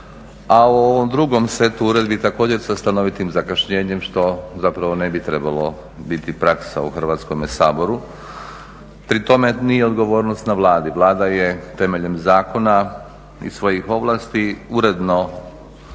ovom drugom setu uredbi također sa stanovitim zakašnjenjem što zapravo ne bi trebalo biti praksa u Hrvatskom saboru. Pri tome nije odgovornost na Vladi. Vlada je temeljem zakona i svojih ovlasti uredno